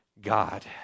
God